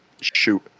shoot